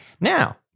Now